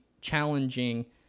challenging